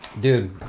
dude